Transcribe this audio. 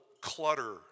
clutter